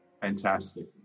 Fantastic